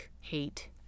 hate